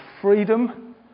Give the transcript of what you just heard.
freedom